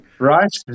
Right